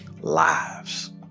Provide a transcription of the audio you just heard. Lives